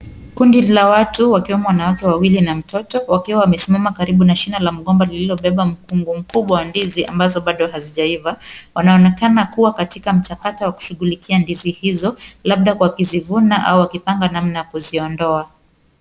Kundi la watu wakiwemo wanawake wawili na mtoto wakiwa wamesimama karibu na shina la mgomba lililo beba mkungu mkubwa wa ndizi ambazo hazijaiva. Wanaonekana kuwa katika mchakato wa kushughulikia ndizi hizo labda wakizivuna au wakipanga namna ya kuziondoa.